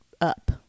up